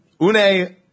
Une